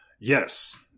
Yes